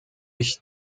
ich